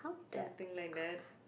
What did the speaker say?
something like that